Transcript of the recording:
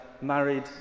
married